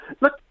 look